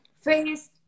face